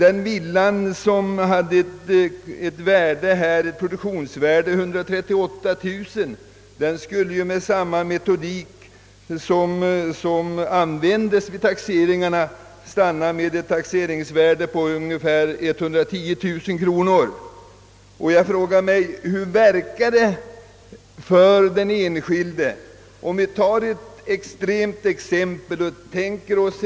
En villa som har ett produktionsvärde av 138000 kronor skulle, med den metodik som används vid taxeringen, få ett taxeringsvärde av ungefär 110 000 kronor. Låt mig också ta ett extremt exempel för att visa hur den nya lagstiftningen drabbar den enskilde.